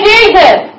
Jesus